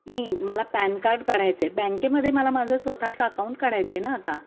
नाही मला PAN card काढायचे बँकेमध्ये मला माझं स्वतःचं अकाऊंट काढायचं आहे ना आता